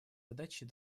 задачей